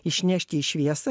išnešti į šviesą